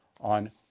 on